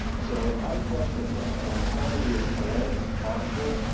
so i question things and i'm trying to be as polite as possible,